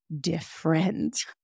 different